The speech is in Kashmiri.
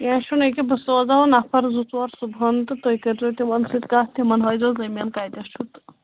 کیٚنٛہہ چھُنہٕ أکیٛاہ بہٕ سوزَو نَفر زٕ ژور صُبحَن تہٕ تُہۍ کٔرۍزیو تِمَن سۭتۍ کَتھ تِمَن ہٲیزیو زٔمیٖن کَتٮ۪س چھُ